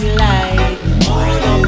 light